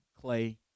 Clay